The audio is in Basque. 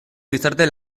gizarte